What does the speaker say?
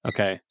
Okay